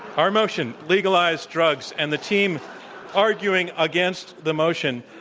our motion, legalize drugs, and the team arguing against the motion,